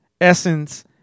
Essence